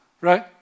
right